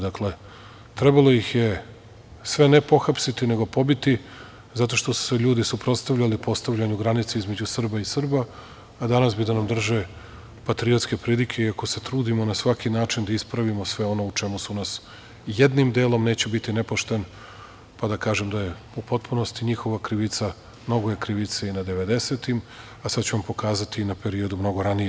Dakle, trebalo ih je sve ne pohapsiti, nego pobiti zato što su se ljudi suprotstavljali postavljanju granica između Srba i Srba, a danas bi da nam drže patriotske pridike, iako se trudimo na svaki način da ispravimo sve ono o čemu su nas jednim delom, neću biti nepošten, pa da kažem da je u potpunosti njihova krivica, mnogo je krivice i na devedesetim, a sad ću vam pokazati i na periodu mnogo ranije.